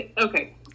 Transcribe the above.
okay